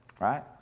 right